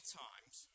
times